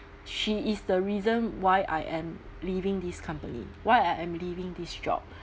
she is the reason why I am leaving this company why I am leaving this job